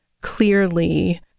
clearly